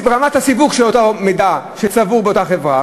רמת הסיווג של אותו מידע שצבור באותה חברה,